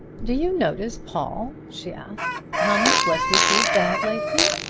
do you notice, paul, she asked, how much less we see of dad lately?